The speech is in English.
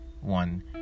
One